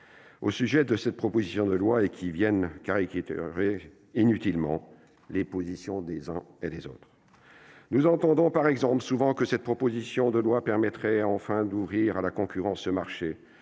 au sujet de cette proposition de loi, et qui caricaturent inutilement les positions des uns et des autres. Nous entendons souvent, par exemple, que cette proposition de loi permettrait enfin d'ouvrir à la concurrence ce marché,